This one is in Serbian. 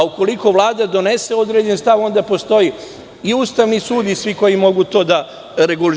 Ukoliko Vlada donese određen stav, onda postoji i Ustavni sud i svi koji mogu to da regulišu.